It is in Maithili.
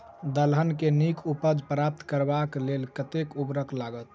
दलहन केँ नीक उपज प्राप्त करबाक लेल कतेक उर्वरक लागत?